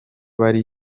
bari